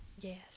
Yes